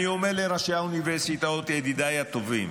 אני אומר לראשי האוניברסיטאות, ידידיי הטובים: